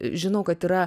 žinau kad yra